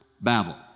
Babel